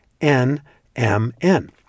NMN